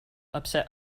upset